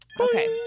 okay